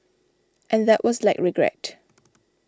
and that was like regret